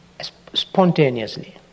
spontaneously